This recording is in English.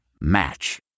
Match